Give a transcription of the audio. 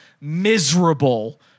miserable